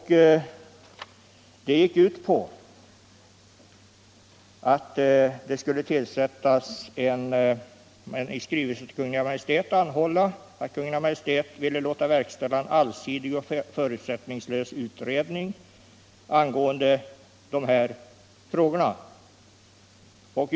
Det hemställdes att riksdagen måtte anhålla ”att Kungl. Maj:t ville låta verkställa en allsidig och förutsättningslös utredning” angående de här frågorna.